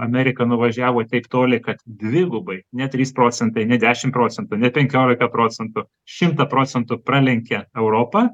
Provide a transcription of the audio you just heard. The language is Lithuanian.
amerika nuvažiavo taip toli kad dvigubai ne trys procentai dešim procentų ne penkiolika procentų šimtą procentų pralenkė europą